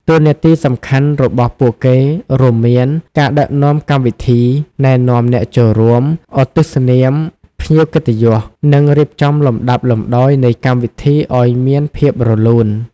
តួនាទីសំខាន់របស់ពួកគេរួមមានការដឹកនាំកម្មវិធី ណែនាំអ្នកចូលរួម ឧទ្ទិសនាមភ្ញៀវកិត្តិយស និងរៀបចំលំដាប់លំដោយនៃកម្មវិធីឱ្យមានភាពរលូន។